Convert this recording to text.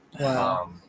Wow